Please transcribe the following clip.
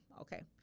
okay